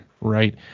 right